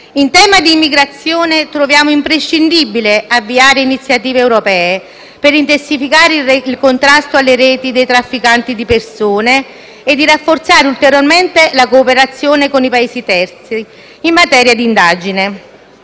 In tema di immigrazione troviamo imprescindibile avviare iniziative europee per intensificare il contrasto alle reti dei trafficanti di persone e rafforzare ulteriormente la cooperazione con i Paesi terzi in materia di indagine,